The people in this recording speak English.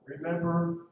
remember